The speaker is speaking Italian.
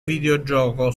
videogioco